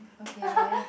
okay